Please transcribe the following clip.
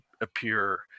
appear